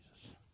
Jesus